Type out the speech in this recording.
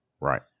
right